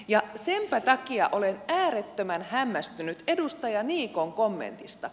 senpä takia olen äärettömän hämmästynyt edustaja niikon kommentista